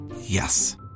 Yes